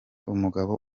umugabo